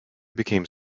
became